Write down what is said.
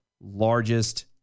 largest